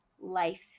life